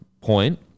point